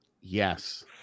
Yes